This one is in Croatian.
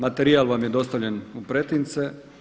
Materijal vam je dostavljen u pretince.